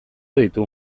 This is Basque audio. ditu